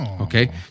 Okay